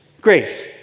Grace